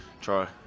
Try